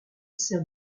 sert